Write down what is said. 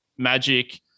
magic